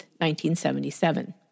1977